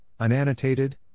unannotated